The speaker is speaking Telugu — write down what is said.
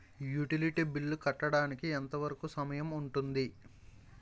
యుటిలిటీ బిల్లు కట్టడానికి ఎంత వరుకు సమయం ఉంటుంది?